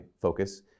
focus